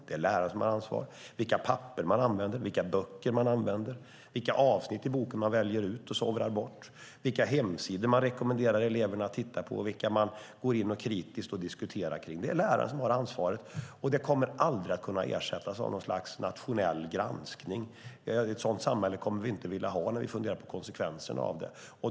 Det är läraren som har ansvaret för vilka papper och böcker man använder, vilka avsnitt i boken man väljer ut och sovrar bort, vilka hemsidor man rekommenderar eleverna att titta på och vilka man går in och kritiskt diskuterar kring. Det är läraren som har ansvaret, och det kommer aldrig att kunna ersättas av något slags nationell granskning. Ett sådant samhälle vill vi inte ha när vi funderar på konsekvenserna av det.